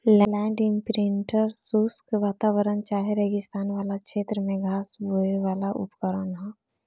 land imprinter शुष्क वातावरण चाहे रेगिस्तान वाला क्षेत्र में घास बोवेवाला उपकरण ह